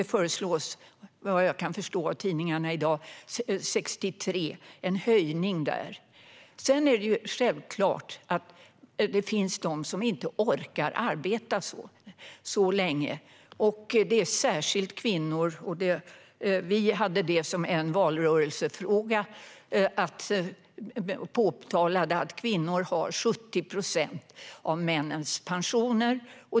Det föreslås, vad jag kan förstå av tidningarna i dag, att det ska bli en höjning från 61 år till 63 år. Sedan finns det självklart människor som inte orkar arbeta så länge. Det gäller särskilt kvinnor. I valrörelsen drev vi frågan om att kvinnor har 70 procent av männens pensioner.